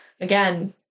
again